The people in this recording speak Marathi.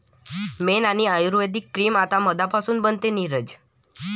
मेण आणि आयुर्वेदिक क्रीम आता मधापासून बनते, नीरज